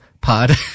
pod